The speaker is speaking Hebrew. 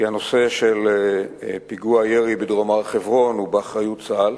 כי הנושא של פיגוע הירי בדרום הר-חברון הוא באחריות צה"ל,